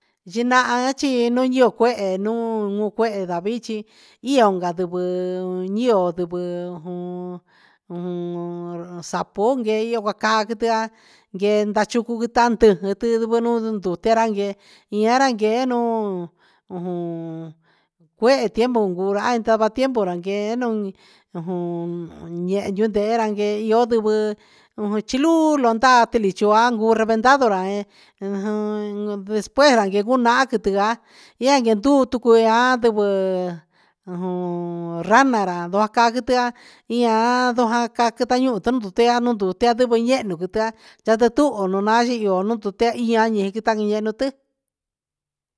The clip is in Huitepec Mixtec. Yinahan nu iyo cuehe ndihi nuun cuehe cha ndavichi iyo ndivɨ jun iyo sapon iyo sacaa tucu quiti can nde ca chucu gutanti iti nuun ta re ne ranyee un cuehe tiempo cuu ra sava tiempo ra yee cuu yehe nduyee io andivɨ chiluu londaa tilichua cuu reventado ra despus ra ye gunahan quitia yen guenduu tucuia ndivɨ rana ra ndoo caa quitia ia ndoo jaan quitia uhun un ndia un ndia tia tuho nunaan chi un ndoo ti.